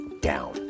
down